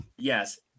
yes